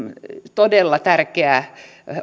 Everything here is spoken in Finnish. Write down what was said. todella tärkeä